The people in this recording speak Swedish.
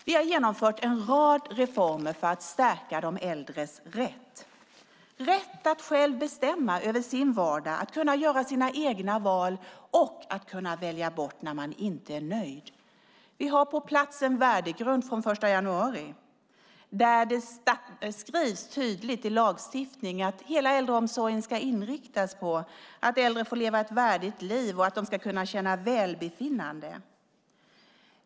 Vi har genomfört en rad reformer för att stärka de äldres rätt - rätt att själv bestämma över sin vardag och kunna göra sina egna val och kunna välja bort när man inte är nöjd. Vi har från den 1 januari en värdegrund på plats, och det står tydligt i lagstiftningen att hela äldreomsorgen ska inriktas på att äldre får leva ett värdigt liv och att de ska kunna känna välbefinnande.